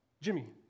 Jimmy